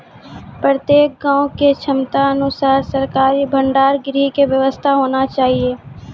प्रत्येक गाँव के क्षमता अनुसार सरकारी भंडार गृह के व्यवस्था होना चाहिए?